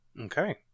Okay